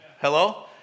Hello